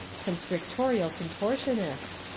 constrictorial contortionists,